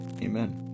amen